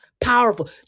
powerful